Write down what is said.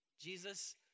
Jesus